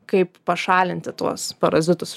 kaip pašalinti tuos parazitus